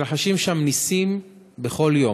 מתרחשים שם נסים בכל יום.